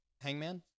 Hangman